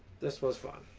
this was fun